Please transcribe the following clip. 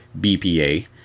BPA